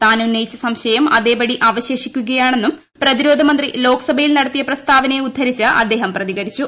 താൻ ഉന്നയിച്ച സംശയം അതേപടി അവശേഷിക്കുകയാണെന്നും പ്രതിരോധമന്ത്രി ലോകസഭയിൽ നടത്തിയ പ്രസ്താവനയെ ഉദ്ധരിച്ച് അദ്ദേഹം പ്രതികരിച്ചു